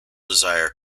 desire